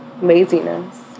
Laziness